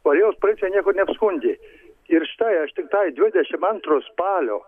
o jos policija niekur neapskundė ir štai aš tiktai dvidešimt antro spalio